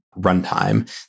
runtime